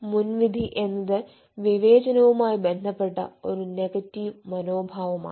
മുൻവിധി എന്നത് വിവേചനവുമായി ബന്ധപ്പെട്ട ഒരു നെഗറ്റീവ് മനോഭാവമാണ്